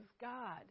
God